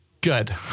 Good